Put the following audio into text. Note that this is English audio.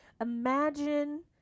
imagine